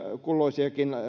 kulloisiakin